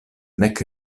nek